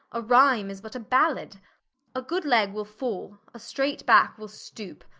a ryme is but a ballad a good legge will fall, a strait backe will stoope,